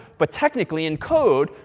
but technically in code,